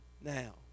Now